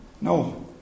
No